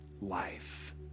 life